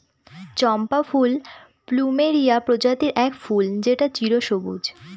চম্পা ফুল প্লুমেরিয়া প্রজাতির এক ফুল যেটা চিরসবুজ